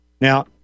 now